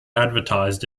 advertised